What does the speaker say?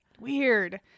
Weird